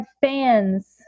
fans